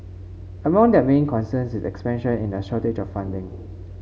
among their main concerns in expansion is a shortage of funding